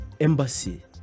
embassy